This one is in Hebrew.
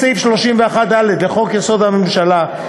בהתאם לסעיף 31(ד) לחוק-יסוד: הממשלה,